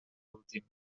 últim